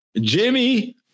Jimmy